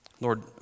Lord